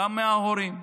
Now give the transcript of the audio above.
גם מההורים,